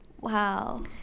Wow